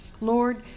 Lord